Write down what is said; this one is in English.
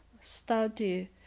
study